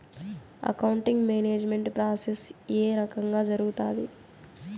accounting management process ఏ రకంగా జరుగుతాది